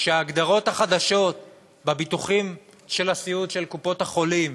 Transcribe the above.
שההגדרות החדשות בביטוחי הסיעוד של קופות-החולים